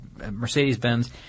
Mercedes-Benz